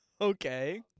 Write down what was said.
okay